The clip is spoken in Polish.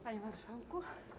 Panie Marszałku!